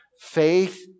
Faith